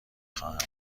خواهند